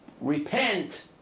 repent